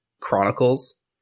Chronicles